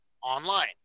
online